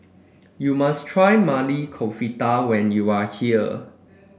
you must try Maili Kofta when you are here